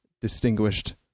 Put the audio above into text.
distinguished